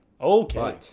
Okay